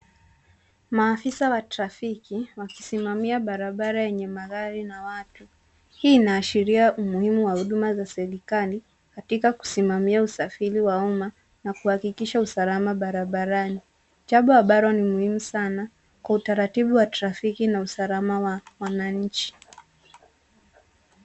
Maafisa wa trafiki wakisimamia barabara yenye magari na watu. Hii inaashiria umuhimu wa huduma za serikali katika kusimamia usafiri wa umma na kuhakikisha usalama barabarani. Jambo ambalo ni muhimu sana kwa utaratibu wa trafiki na usalama wa wananchi.